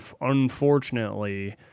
unfortunately